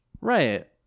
right